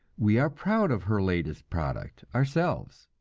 we are proud of her latest product, ourselves.